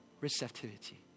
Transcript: receptivity